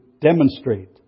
demonstrate